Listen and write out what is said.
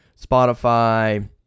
Spotify